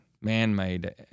man-made